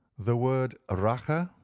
the word ah rache,